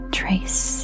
trace